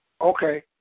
Okay